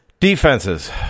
Defenses